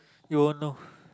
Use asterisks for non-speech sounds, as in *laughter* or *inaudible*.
you won't know *breath*